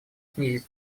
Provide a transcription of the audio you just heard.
снизить